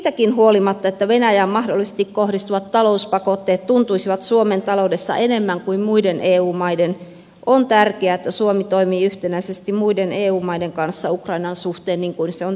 siitäkin huolimatta että venäjään mahdollisesti kohdistuvat talouspakotteet tuntuisivat suomen taloudessa enemmän kuin muiden eu maiden on tärkeää että suomi toimii yhtenäisesti muiden eu maiden kanssa ukrainan suhteen niin kuin se on tehnytkin